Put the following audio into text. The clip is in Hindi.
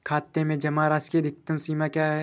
खाते में जमा राशि की अधिकतम सीमा क्या है?